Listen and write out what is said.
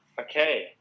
Okay